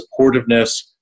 supportiveness